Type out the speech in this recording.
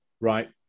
right